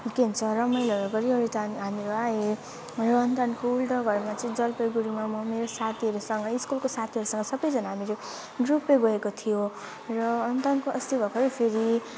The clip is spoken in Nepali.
के के रमाइलोहरू गरिवरी त हामी हामीहरू आयौँ र अनि त्यहाँदेखिको उल्टा घरमा चाहिँ जलपाइगुडीमा म मेरो साथीहरूसँगै स्कुलको साथीहरूसँग सबैजना हामीहरू ग्रुपै गएको थियौँ र अनि त्यहाँदेखिको अस्ति भर्खरै फेरि